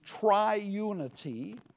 triunity